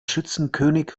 schützenkönig